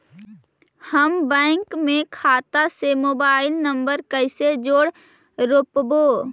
हम बैंक में खाता से मोबाईल नंबर कैसे जोड़ रोपबै?